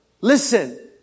listen